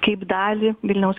kaip dalį vilniaus